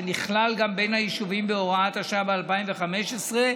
שנכלל גם ביישובים בהוראת השעה מ-2015,